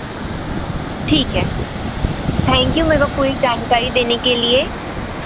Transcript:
ठीक है thank you मेरे को पूरी जानकारी देने के लिए